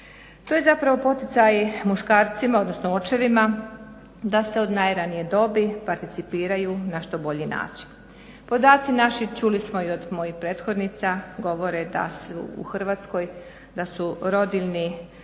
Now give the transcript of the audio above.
To je zapravo poticaj muškarcima odnosno očevima da se od najranije dobi participiraju na što bolji način. Podaci naši, čuli smo i od mojih prethodnica govore da su u Hrvatskoj da